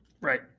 Right